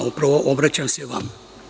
Upravo, obraćam se vama.